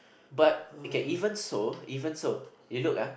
but okay even so even so you look ah